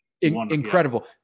incredible